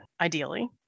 ideally